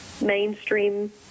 mainstream